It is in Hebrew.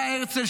מה הרצל,